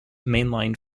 mainline